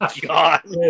god